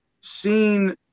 seen